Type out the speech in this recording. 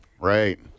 Right